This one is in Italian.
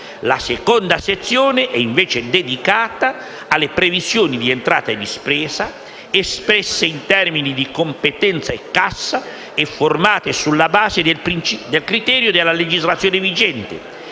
La seconda sezione è invece dedicata alle previsioni di entrata e di spesa espresse in termini di competenza e cassa e formate sulla base del criterio della legislazione vigente